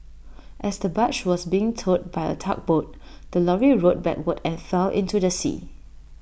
as the barge was being towed by A tugboat the lorry rolled backward and fell into the sea